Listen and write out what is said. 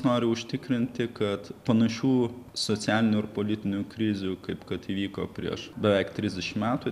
nori užtikrinti kad panašių socialinių ir politinių krizių kaip kad įvyko prieš beveik trisdešim metų